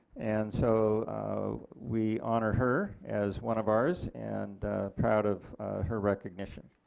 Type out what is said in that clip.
and so we honor her as one of ours and proud of her recognition.